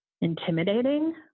intimidating